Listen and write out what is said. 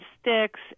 sticks